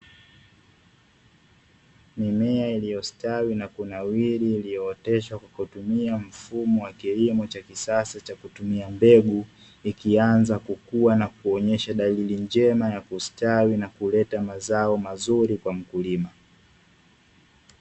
Mimea iliyostawi na kunawiri iliyooteshwa kwa kutumia mfumo wa kilimo cha kisasa cha kutumia mbegu, ikianza kukua na kuonyesha dalili njema ya kustawi na kuleta mazao mazuri kwa mkulima.